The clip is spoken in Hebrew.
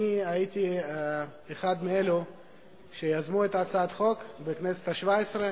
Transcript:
אני הייתי אחד מאלה שיזמו את הצעת החוק בכנסת השבע-עשרה.